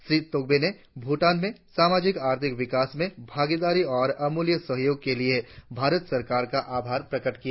श्री तोब्गे ने भूटान के सामाजिक आर्थिक विकास में भागीदारी और अमूल्य सहयोग के लिए भारत सरकार का आभार प्रकट किया